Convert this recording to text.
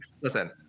Listen